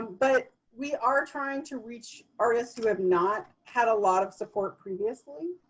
but we are trying to reach artists who have not had a lot of support previously.